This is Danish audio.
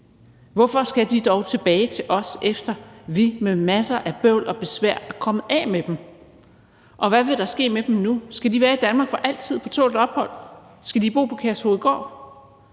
Hvorfor skal de dog tilbage til os, efter at vi med masser af bøvl og besvær er kommet af med dem? Og hvad vil der ske med dem nu? Skal de være i Danmark for altid på tålt ophold? Skal de bo på Kærshovedgård?